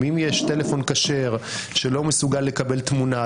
שאם יש טלפון כשר שלא מסוגל לקבל תמונה,